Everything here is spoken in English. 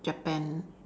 Japan